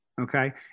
okay